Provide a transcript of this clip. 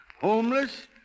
homeless